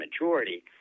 majority